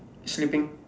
sleeping